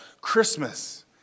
Christmas